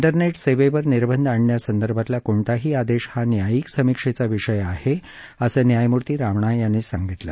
त्रिनेट सेवेवर निर्बंध आणण्यासंदर्भातला कोणताही आदेश हा न्यायिक समीक्षेचा विषय आहे असं न्यायमूर्ती रामणा यांनी सांगितलं